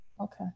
Okay